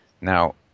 Now